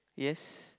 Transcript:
yes